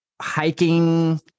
hiking